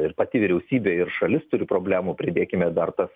ir pati vyriausybė ir šalis turi problemų pridėkime dar tas